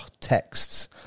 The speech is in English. texts